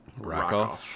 Rockoff